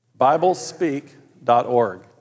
Biblespeak.org